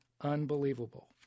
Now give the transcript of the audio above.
unbelievable